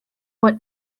what